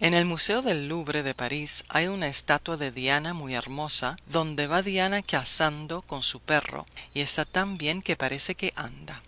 en el museo del louvre de parís hay una estatua de diana muy hermosa donde va diana cazando con su perro y está tan bien que parece que anda